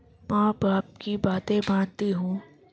ماں باپ کی باتیں مانتی ہوں